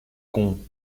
con